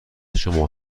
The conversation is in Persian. شما